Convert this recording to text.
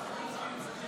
חברי הכנסת,